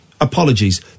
apologies